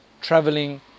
traveling